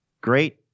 great